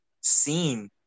seen